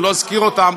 אני לא אזכיר אותם,